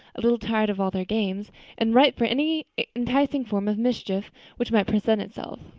a little tired of all their games and ripe for any enticing form of mischief which might present itself.